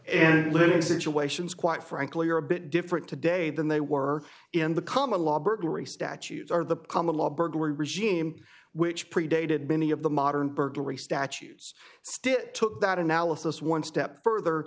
and living situations quite frankly are a bit different today than they were in the common law burglary statutes are the common law burglary regime which predated many of the modern burglary statues still took that analysis one step further